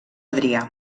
adrià